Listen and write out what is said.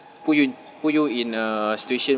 put you put you in a situation